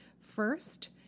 first